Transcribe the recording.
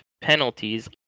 penalties